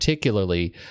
particularly